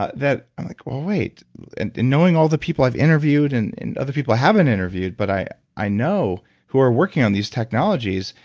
ah that like, well, wait and knowing all the people i've interviewed and other people i haven't interviewed, but i i know who are working on these technologies,